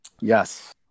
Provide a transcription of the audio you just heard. Yes